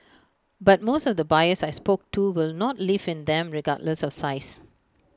but most of the buyers I spoke to will not live in them regardless of size